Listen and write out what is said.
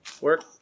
work